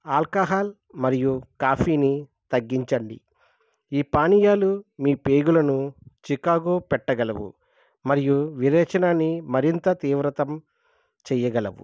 alcohol మరియు కాఫీని తగ్గించండి ఈ పానీయాలు మీ పేగులను చికాకు పెట్టగలవు మరియు విరేచనాన్ని మరింత తీవ్రతం చేయగలవు